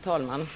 Fru talman!